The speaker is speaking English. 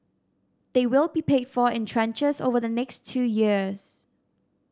they will be paid for in tranches over the next two years